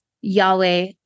Yahweh